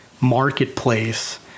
marketplace